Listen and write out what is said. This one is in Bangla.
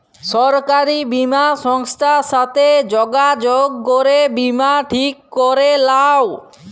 সরকারি বীমা সংস্থার সাথে যগাযগ করে বীমা ঠিক ক্যরে লাও